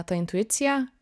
ta intuicija